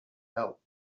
help